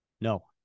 No